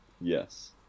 Yes